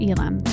Elam